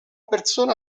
persona